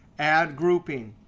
add grouping.